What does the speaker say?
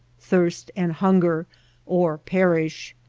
thirst, and hunger or perish.